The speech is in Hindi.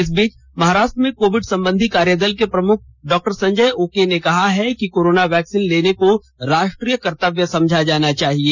इस बीच महाराष्ट्र में कोविड संबंधी कार्यदल के प्रमुख डॉ संजय ओक ने कहा है कि कोरोना वैक्सीन लेने को राष्ट्रीय कर्तव्य समझा जाना चाहिए